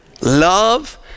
love